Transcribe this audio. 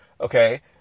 okay